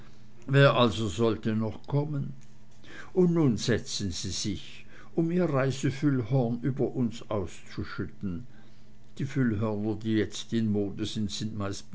wer also sollte noch kommen und nun setzen sie sich um ihr reisefüllhorn über uns auszuschütten die füllhörner die jetzt mode sind sind